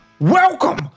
Welcome